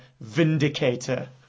Vindicator